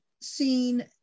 seen